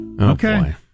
Okay